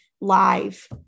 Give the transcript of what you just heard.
live